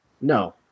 No